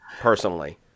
personally